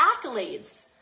accolades